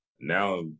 Now